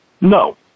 No